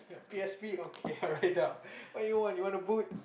P_S_P okay I write down what do you want you want a book